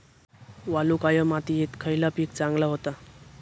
वालुकामय मातयेत खयला पीक चांगला होता?